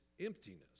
emptiness